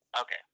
Okay